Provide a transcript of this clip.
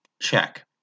Check